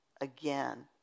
again